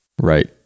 Right